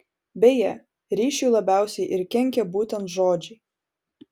beje ryšiui labiausiai ir kenkia būtent žodžiai